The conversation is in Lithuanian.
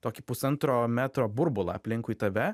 tokį pusantro metro burbulą aplinkui tave